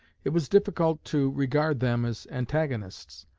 it was difficult to regard them as antagonists.